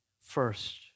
first